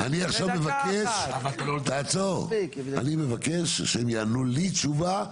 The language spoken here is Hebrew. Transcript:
אני עכשיו מבקש שהם יענו לי תשובה